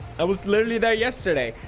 that was literally there yesterday.